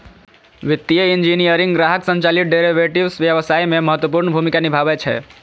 वित्तीय इंजीनियरिंग ग्राहक संचालित डेरेवेटिव्स व्यवसाय मे महत्वपूर्ण भूमिका निभाबै छै